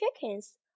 chickens